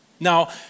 Now